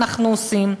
אנחנו עושים.